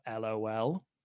LOL